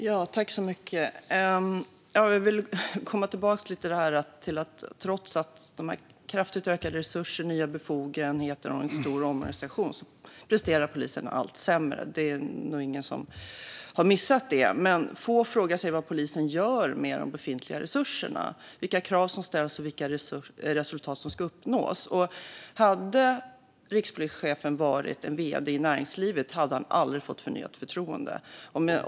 Herr ålderspresident! Jag vill komma tillbaka till att polisen presterar allt sämre trots kraftigt ökade resurser, nya befogenheter och en stor omorganisation. Det är nog ingen som har missat det, men få frågar sig vad polisen gör med de befintliga resurserna, vilka krav som ställs och vilka resultat som ska uppnås. Hade rikspolischefen varit vd i näringslivet hade han aldrig fått förnyat förtroende.